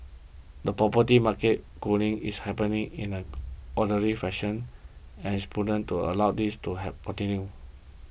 the property market cooling is happening in an orderly fashion and it is prudent to allow this to have continue